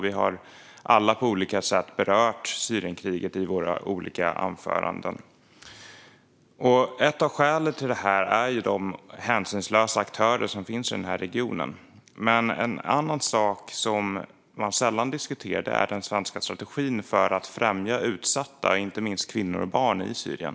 Vi har alla på något sätt berört Syrienkriget i våra anföranden här i dag. Ett av skälen är de hänsynslösa aktörer som finns i regionen. Men en sak som man sällan diskuterar är den svenska strategin för att främja utsatta, inte minst kvinnor och barn, i Syrien.